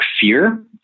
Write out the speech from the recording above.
fear